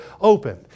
open